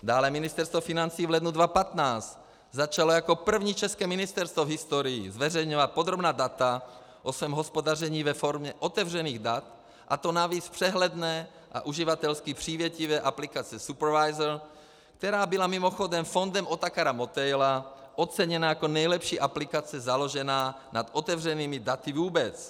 Dále Ministerstvo financí v lednu 2015 začalo jako první české ministerstvo v historii zveřejňovat podrobná data o svém hospodaření ve formě otevřených dat, a to navíc v přehledné a uživatelsky přívětivé aplikaci Supervisor, která byla mimochodem Fondem Otakara Motejla oceněna jako nejlepší aplikace založená nad otevřenými daty vůbec.